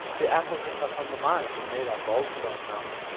the apple hit us on the mind and made our bald spot numb!